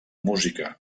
música